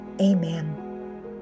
amen